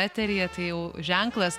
eteryje tai jau ženklas